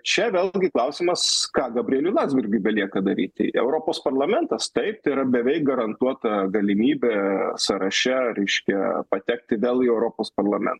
čia vėl taigi klausimas ką gabrieliui landsbergui belieka daryti europos parlamentas taip tai yra beveik garantuota galimybė sąraše reiškia patekti vėl į europos parlamentą